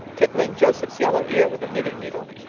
tickling joseph's yellow ear with a knitting needle.